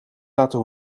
laten